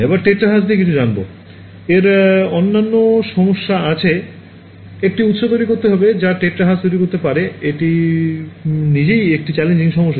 এবার টেরাহার্জ নিয়ে কিছু জানবো এর অন্যান্য সমস্যা আছে একটি উৎস তৈরি করতে হবে যা টেরাহার্জ তৈরি করতে পারে এটি নিজেই একটি চ্যালেঞ্জিং সমস্যা